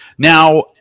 Now